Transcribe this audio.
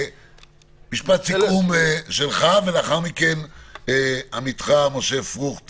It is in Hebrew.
משפט סיכום שלך ולאחר מכן עמיתך משה פרוכט,